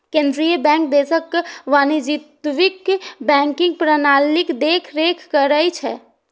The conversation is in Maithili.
केंद्रीय बैंक देशक वाणिज्यिक बैंकिंग प्रणालीक देखरेख करै छै